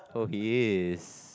oh he is